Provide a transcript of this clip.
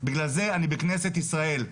בגלל זה אני בכנסת ישראל.